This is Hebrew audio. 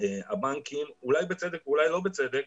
הבנקים, אולי בצדק ואולי לא בצדק,